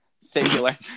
Singular